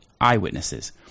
eyewitnesses